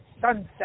sunset